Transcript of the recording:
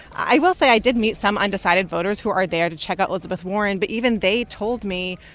i will say i did meet some undecided voters who are there to check out elizabeth warren, but even they told me,